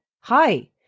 hi